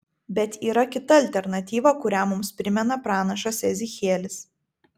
bet yra kita alternatyva kurią mums primena pranašas ezechielis